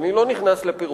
ואני לא נכנס לפירוט.